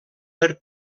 per